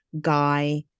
guy